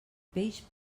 peix